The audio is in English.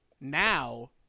now